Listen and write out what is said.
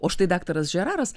o štai daktaras žeraras